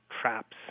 traps